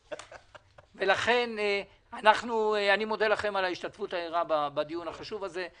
אני מודה לכם על ההשתתפות הערה בדיון החשוב הזה.